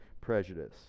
prejudice